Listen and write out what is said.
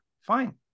Fine